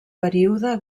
període